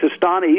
sistani